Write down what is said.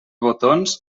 botons